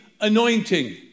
anointing